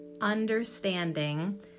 understanding